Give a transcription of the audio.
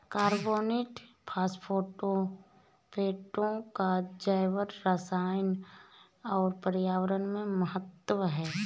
कार्बनिक फास्फेटों का जैवरसायन और पर्यावरण में बहुत महत्व है